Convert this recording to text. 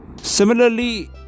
Similarly